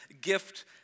gift